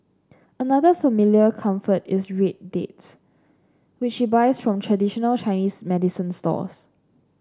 another familiar comfort is red dates which she buys from traditional Chinese medicine stores